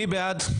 מי בעד?